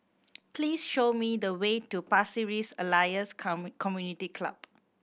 please show me the way to Pasir Ris Elias Community Club